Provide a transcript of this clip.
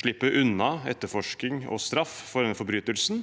slippe unna etterforskning og straff for denne forbrytelsen,